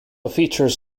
features